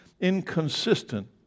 inconsistent